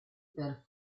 per